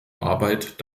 arbeit